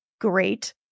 great